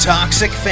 Toxic